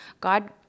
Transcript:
God